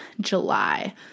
July